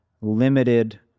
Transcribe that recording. limited